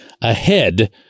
ahead